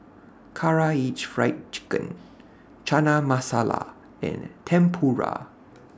Karaage Fried Chicken Chana Masala and Tempura